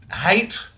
hate